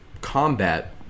combat